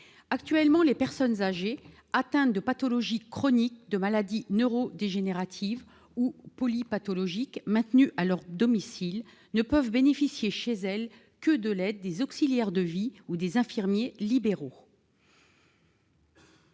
Actuellement, les personnes âgées atteintes de pathologies chroniques, de maladies neurodégénératives ou polypathologiques qui sont maintenues à leur domicile ne peuvent bénéficier chez elles que de l'aide des auxiliaires de vie ou des infirmiers libéraux.